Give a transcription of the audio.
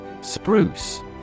SPRUCE